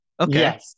Okay